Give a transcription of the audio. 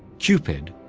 cupid,